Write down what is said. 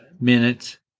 minutes